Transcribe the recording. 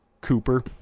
Cooper